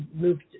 moved